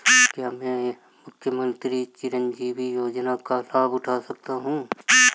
क्या मैं मुख्यमंत्री चिरंजीवी योजना का लाभ उठा सकता हूं?